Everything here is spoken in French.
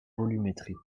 volumétrique